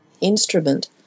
instrument